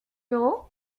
euros